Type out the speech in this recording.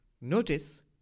Notice